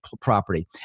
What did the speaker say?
property